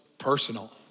personal